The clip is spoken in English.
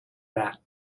that